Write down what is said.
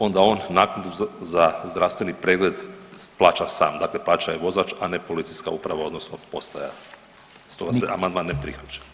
Onda on naknadu za zdravstveni pregled plaća sam, dakle plaća je vozač, a ne policijska uprava odnosno postaja stoga se amandman ne prihvaća.